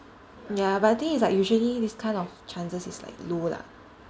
ya but the thing is like usually this kind of chances is like low lah